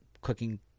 cooking